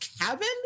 cabin